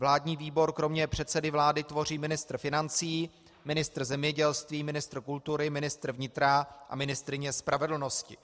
Vládní výbor kromě předsedy vlády tvoří ministr financí, ministr zemědělství, ministr kultury, ministr vnitra a ministryně spravedlnosti.